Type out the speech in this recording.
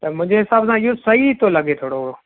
त मुंहिंजे हिसाब सां इहो सही थो लॻे थोरो